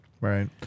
Right